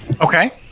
Okay